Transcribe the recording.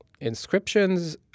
inscriptions